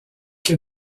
que